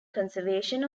conservation